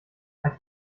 hat